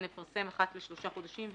נתחייב על זה שנפרסם אחת לשלושה חודשים,